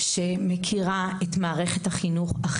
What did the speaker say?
אני מכירה את משרד החינוך.